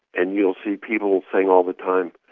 and you'll see people saying all the time,